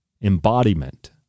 embodiment